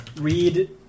read